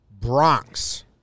Bronx